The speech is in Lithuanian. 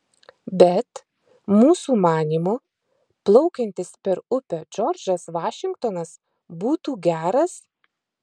bet mūsų manymu plaukiantis per upę džordžas vašingtonas būtų geras